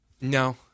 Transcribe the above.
no